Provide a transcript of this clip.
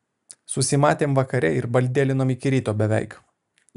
susimatėm vakare ir baldėlinom iki ryto beveik